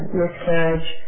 miscarriage